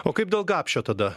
o kaip dėl gapšio tada